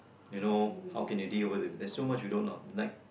you know how can you deal with him there's so much you don't know